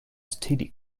std